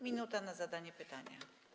Minuta na zadanie pytania.